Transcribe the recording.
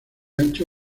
ancho